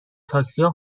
تاکسیا